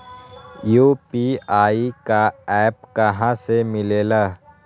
UPI का app कहा से मिलेला?